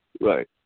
right